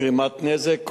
גרימת נזק,